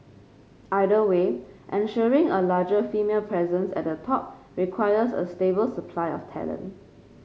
either way ensuring a larger female presence at the top requires a stable supply of talent